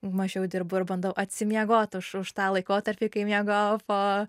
mažiau dirbu ir bandau atsimiegot už už tą laikotarpį kai miegojau po